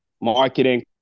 marketing